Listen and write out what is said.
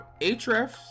Ahrefs